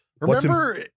Remember